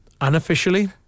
unofficially